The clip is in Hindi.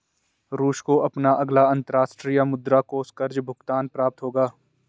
रूस को अपना अगला अंतर्राष्ट्रीय मुद्रा कोष कर्ज़ भुगतान प्राप्त होगा